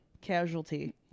casualty